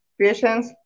Patience